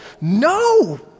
no